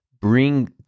bring